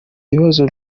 ibibazo